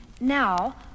Now